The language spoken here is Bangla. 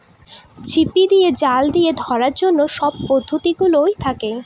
ঝিপি দিয়ে, জাল দিয়ে ধরার অন্য সব পদ্ধতি গুলোও থাকে